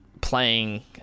playing